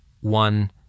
one